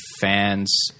fans